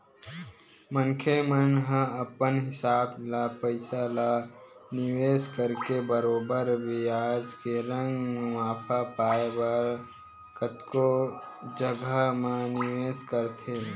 मनखे मन ह अपन हिसाब ले पइसा ल निवेस करके बरोबर बियाज के संग मुनाफा पाय बर कतको जघा म निवेस करथे